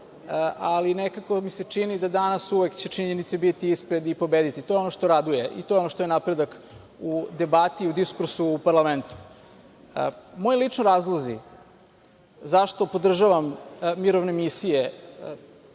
ali nekako mi se čini da danas će uvek činjenice biti ispred i pobediti. To je ono što raduje i to je ono što je napredak u debati, u diskursu u parlamentu. Moji lični razlozi zašto podržavam mirovne misije,